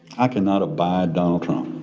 i cannot abide donald trump.